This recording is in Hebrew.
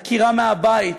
עקירה מהבית,